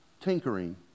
tinkering